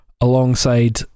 alongside